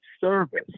service